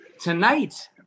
tonight